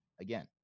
again